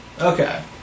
Okay